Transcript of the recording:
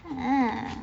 uh